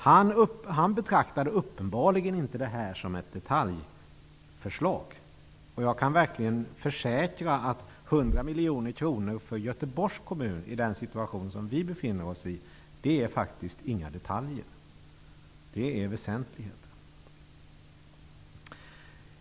Han betraktade uppenbarligen inte detta som ett detaljförslag. Jag kan försäkra att för Göteborgs kommun, i den situation som vi befinner oss i, är 100 miljoner kronor faktiskt inga detaljer. Det är väsentligheter.